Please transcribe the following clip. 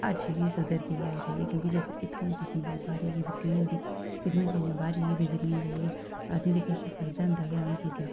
हर चीज़ सुधरदी ऐ क्योंकि इत्थुआं गै चीज़ें दी बाह्रै गी बिक्री होंदी ऐ ते ओह् चीज़ां बाह्र जाइयै बिकदियां ते असेंगी ते किश फायदा होंदा गै ऐ उ'नें चीज़ें दा